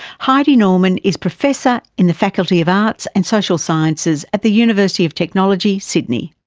heidi norman is professor in the faculty of arts and social sciences at the university of technology, sydney.